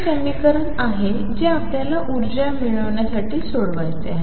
हे समीकरण आहे जे आपल्याला ऊर्जा मिळवण्यासाठी सोडवायचे आहे